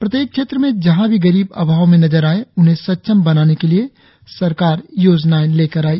प्रत्येक क्षेत्र में जहां भी गरीब अभाव में नजर आए उन्हें सक्षम बनाने के लिए सरकार योजनाएं लेकर आई